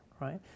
right